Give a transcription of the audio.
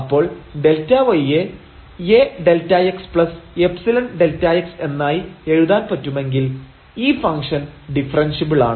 അപ്പൊൾ Δy യെ A Δxϵ Δx എന്നായി എഴുതാൻ പറ്റുമെങ്കിൽ ഈ ഫംഗ്ഷൻ ഡിഫറെൻഷ്യബിളാണ്